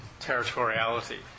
territoriality